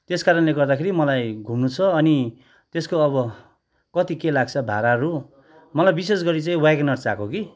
त्यस कारणले गर्दाखेरि मलाई घुम्नु छ अनि त्यसको अब कति के लाग्छ भाडाहरू मलाई विशेष गरी चाहिँ वेगेनर चाहिएको कि